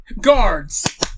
Guards